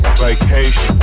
vacation